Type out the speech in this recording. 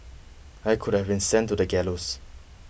I could have been sent to the gallows